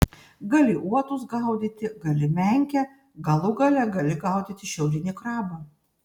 gali uotus gaudyti gali menkę galų gale gali gaudyti šiaurinį krabą